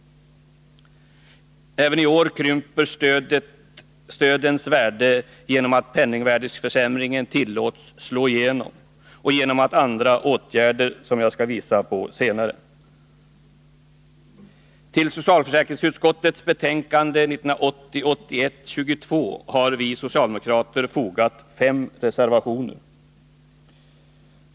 Även i år krymper stödens värde genom att penningvärdeförsämringen tillåts slå igenom och genom andra åtgärder som jag skall visa på senare. Till socialförsäkringsutskottets betänkande 1980/81:22 har vi socialdemokrater fogat fem reservationer.